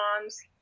moms